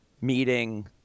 meeting